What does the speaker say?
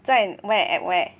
在 where at where